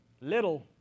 little